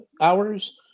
hours